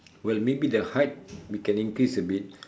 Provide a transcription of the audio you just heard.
well maybe the height we can increase a bit